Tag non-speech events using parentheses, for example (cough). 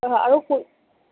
আৰু (unintelligible)